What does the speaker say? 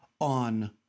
on